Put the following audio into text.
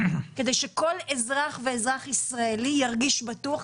כדי שכל אזרח בישראל ירגיש בטוח,